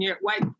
white